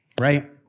right